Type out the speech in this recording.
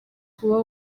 kuba